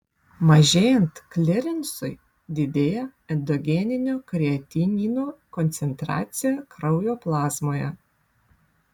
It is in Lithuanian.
mažėjant klirensui didėja endogeninio kreatinino koncentracija kraujo plazmoje